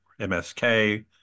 MSK